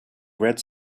red